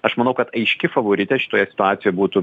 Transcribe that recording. aš manau kad aiški favoritė šitoje situacijoje būtų